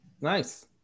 Nice